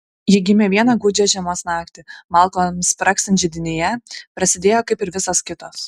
ji gimė vieną gūdžią žiemos naktį malkoms spragsint židinyje prasidėjo kaip ir visos kitos